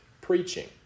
preaching